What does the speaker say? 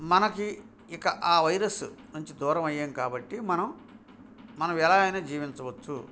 మనకు ఇక ఆ వైరస్ నుంచి దూరం అయ్యాం కాబట్టి మనం మనం ఎలాగైనా జీవించవచ్చు